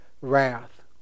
wrath